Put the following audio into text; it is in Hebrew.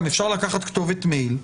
גם אפשר לקחת כתובת מייל,